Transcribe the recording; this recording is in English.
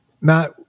Matt